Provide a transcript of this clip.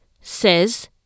says